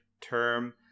term